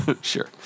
Sure